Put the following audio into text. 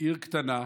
עיר קטנה,